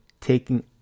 taking